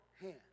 hand